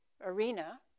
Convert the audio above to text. arena